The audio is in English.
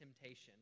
temptation